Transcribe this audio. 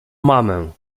mamę